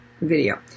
video